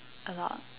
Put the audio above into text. A lot